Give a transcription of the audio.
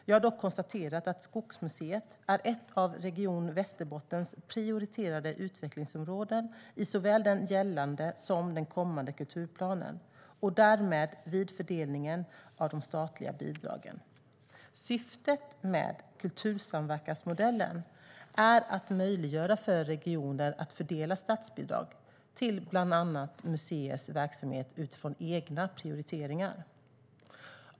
Jag har dock konstaterat att Skogsmuseet är ett av Region Västerbottens prioriterade utvecklingsområden i såväl den gällande som den kommande kulturplanen och därmed vid fördelningen av de statliga bidragen. Syftet med kultursamverkansmodellen är att möjliggöra för regioner att fördela statsbidrag till bland annat museers verksamhet utifrån egna prioriteringar.